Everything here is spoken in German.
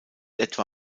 etwa